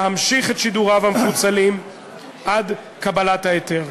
להמשיך את שידוריו המפוצלים עד קבלת ההיתר.